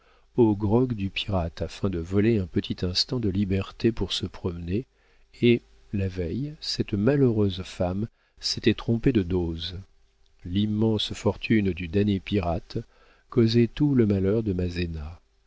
au grog du pirate afin de voler un petit instant de liberté pour se promener et la veille cette malheureuse femme s'était trompée de dose l'immense fortune du damné pirate causait tout le malheur de ma